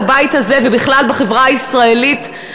בבית הזה ובכלל בחברה הישראלית,